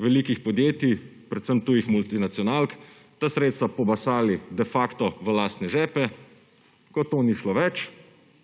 velikih podjetij, predvsem tujih multinacionalk, ta sredstva pobasali de facto v lastne žepe. Ko to ni šlo več,